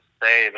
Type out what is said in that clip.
say